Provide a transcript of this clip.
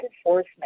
enforcement